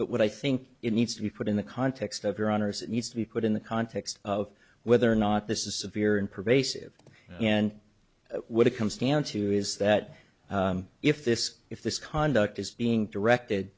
but what i think it needs to be put in the context of your honor's it needs to be put in the context of whether or not this is severe and pervasive and what it comes down to is that if this if this conduct is being directed